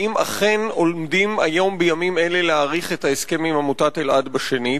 האם אכן עומדים בימים אלה להאריך את ההסכם עם עמותת אלע"ד בשנית,